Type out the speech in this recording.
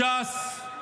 ש"ס,